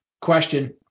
question